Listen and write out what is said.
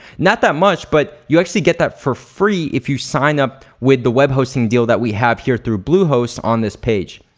not that much but you actually get that for free if you sign up with the web hosting deal that we have here through bluehost on this page.